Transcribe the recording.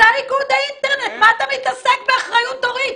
אתה איגוד האינטרנט, מה אתה מתעסק באחריות הורית?